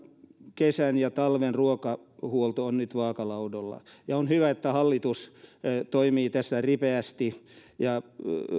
kesän ja talven ruokahuolto on nyt vaakalaudalla ja on hyvä että hallitus toimii tässä ripeästi ja